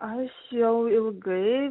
aš jau ilgai